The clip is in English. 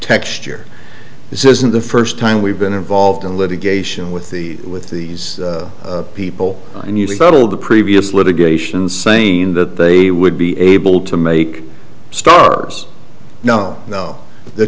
texture this isn't the first time we've been involved in litigation with the with these people and usually battle the previous litigation saying that they would be able to make stars known th